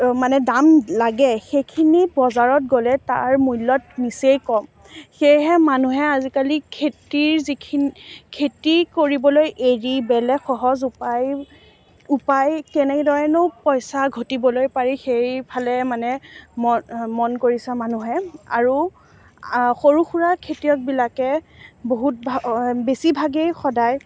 মানে দাম লাগে সেইখিনি বজাৰত গ'লে তাৰ মূল্যত নিচেই কম সেয়েহে মানুহে আজিকালি খেতিৰ যিখি খেতি কৰিবলৈ এৰি বেলেগ সহজ উপায় উপায় কেনেদৰেনো পইচা ঘটিবলৈ পাৰি সেইফালে মানে মন মন কৰিছে মানুহে আৰু সৰু সুৰা খেতিয়কবিলাকে বহুত ভা বেছিভাগেই সদায়